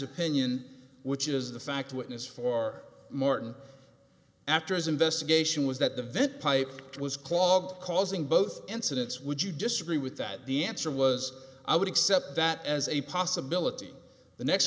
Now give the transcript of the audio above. opinion which is the fact witness for martin after his investigation was that the vent pipe was clogged causing both incidents would you disagree with that the answer was i would accept that as a possibility the next